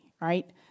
right